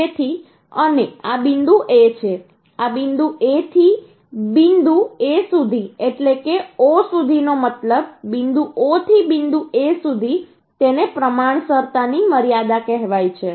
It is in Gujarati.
તેથી અને આ બિંદુ A છે આ બિંદુ A થી બિંદુ A સુધી એટલે કે O સુધીનો મતલબ બિંદુ O થી બિંદુ A સુધી તેને પ્રમાણસરતા ની મર્યાદા કહેવાય છે